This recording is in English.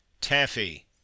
Taffy